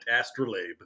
Astrolabe